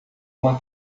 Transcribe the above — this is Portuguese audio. uma